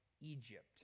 egypt